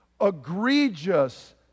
egregious